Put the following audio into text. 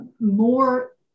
More